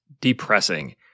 depressing